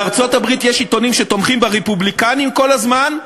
בארצות-הברית יש עיתונים שתומכים ברפובליקנים כל הזמן,